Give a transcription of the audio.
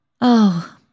Oh